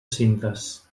cintes